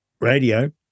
radio